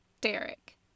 Derek